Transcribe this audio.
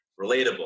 relatable